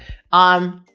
um,